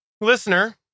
listener